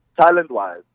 talent-wise